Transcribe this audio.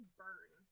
burn